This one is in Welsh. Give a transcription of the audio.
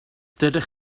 dydych